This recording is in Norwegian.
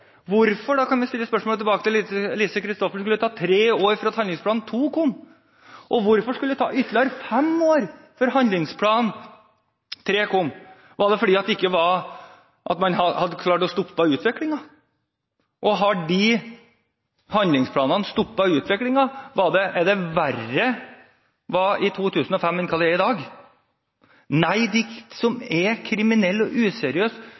Hvorfor – kan vi stille spørsmål tilbake til Lise Christoffersen om – skulle det ta tre år før handlingsplan nr. 2 kom? Og hvorfor skulle det ta ytterligere fem år før handlingsplan nr. 3 kom? Var det fordi man hadde klart å stoppe utviklingen? Og har de handlingsplanene stoppet utviklingen? Var det verre i 2005 enn det er i dag? Nei, de som er kriminelle og